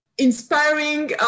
Inspiring